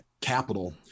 capital